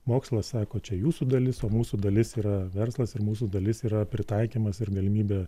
mokslas sako čia jūsų dalis o mūsų dalis yra verslas ir mūsų dalis yra pritaikymas ir galimybė